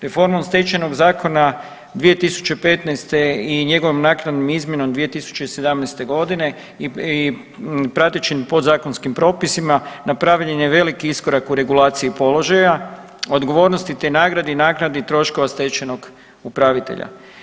Reformom Stečajnog zakona 2015. i njegovom naknadnom izmjenom 2017.g. i pratećim podzakonskim propisima napravljen je veliki iskorak u regulaciji položaja, odgovornosti te nagradi i naknadi troškova stečajnog upravitelja.